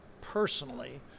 personally